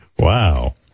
Wow